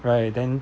right then